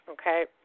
okay